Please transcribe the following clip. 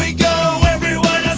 ah go everyone,